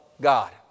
God